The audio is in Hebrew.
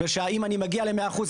ואם אני מגיע ל-100 אחוז,